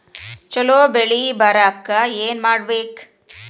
ಛಲೋ ಬೆಳಿ ಬರಾಕ ಏನ್ ಮಾಡ್ಬೇಕ್?